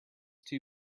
two